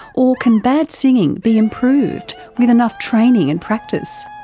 or can bad singing be improved with enough training and practice?